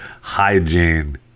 hygiene